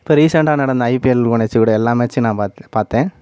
இப்போ ரீசெண்டாக நடந்த ஐபிஎல் ஒன் எல்லாம் மேட்ச்சும் நான் பார்த்துர் பார்த்தேன்